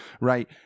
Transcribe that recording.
right